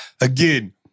again